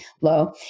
low